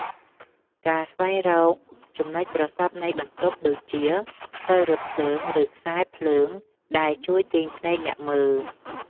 ការស្វែងរកចំណុចប្រសព្វនៃបន្ទាត់ ដូចជា ផ្លូវរថភ្លើង ឬខ្សែភ្លើងដែលជួយទាញភ្នែកអ្នកមើល។